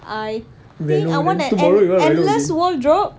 I think I want an end~ endless wardrobe